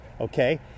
Okay